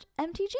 MTG